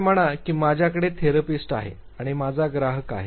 असे म्हणा की माझ्याकडे थेरपिस्ट आहे आणि माझा ग्राहक आहे